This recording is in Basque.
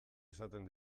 izaten